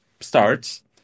starts